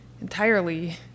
entirely